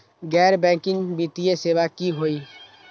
गैर बैकिंग वित्तीय सेवा की होअ हई?